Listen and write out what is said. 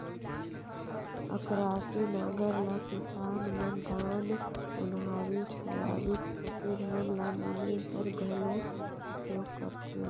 अकरासी नांगर ल किसान मन धान, ओन्हारी, सोयाबीन फसिल मन ल बुने बर घलो उपियोग करथे